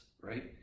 right